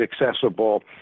accessible